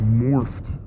morphed